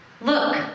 look